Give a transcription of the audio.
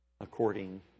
according